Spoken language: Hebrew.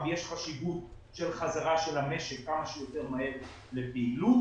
יש חשיבות של חזרה של המשק כמה שיותר מהר לפעילות,